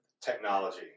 technology